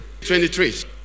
23